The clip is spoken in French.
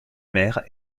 maire